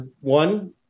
One